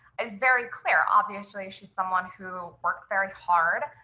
is very clear. obviously, she's someone who worked very hard.